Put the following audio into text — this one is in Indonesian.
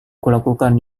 kulakukan